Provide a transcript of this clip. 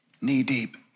knee-deep